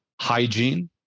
Hygiene